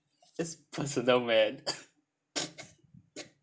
it's personal man